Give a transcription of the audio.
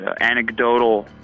anecdotal